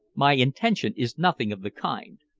my intention is nothing of the kind.